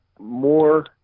More